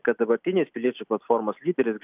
kad dabartinis piliečių platformos lyderis